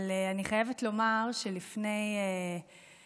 אבל אני חייבת לומר שלפני יומיים,